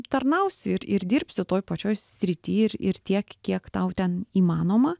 tarnausi ir ir dirbsi toj pačioj sritį ir ir tiek kiek tau ten įmanoma